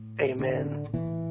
Amen